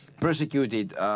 persecuted